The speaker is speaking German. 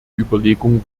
überlegung